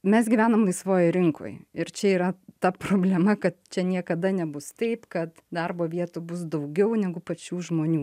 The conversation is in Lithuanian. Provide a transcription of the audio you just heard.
mes gyvenam laisvojoj rinkoj ir čia yra ta problema kad čia niekada nebus taip kad darbo vietų bus daugiau negu pačių žmonių